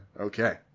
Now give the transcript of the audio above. Okay